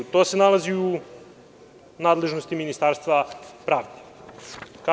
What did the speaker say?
To se nalazi u nadležnosti Ministarstva pravde.